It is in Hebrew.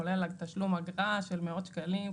כולל תשלום אגרה של מאות שקלים,